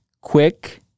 quick